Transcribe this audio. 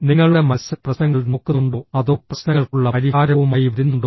നിങ്ങളുടെ മനസ്സ് പ്രശ്നങ്ങൾ നോക്കുന്നുണ്ടോ അതോ പ്രശ്നങ്ങൾക്കുള്ള പരിഹാരവുമായി വരുന്നുണ്ടോ